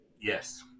Yes